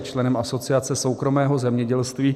Je členem Asociace soukromého zemědělství.